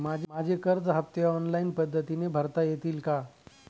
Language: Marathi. माझे कर्ज हफ्ते ऑनलाईन पद्धतीने भरता येतील का?